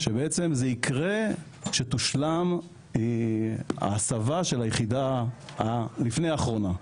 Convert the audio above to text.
זה יקרה כשתושלם ההסבה של היחידה לפני האחרונה,